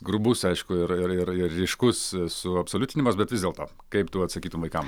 grubus aišku yra ir ir ir ryškus suabsoliutinimas bet vis dėlto kaip tu atsakytum vaikam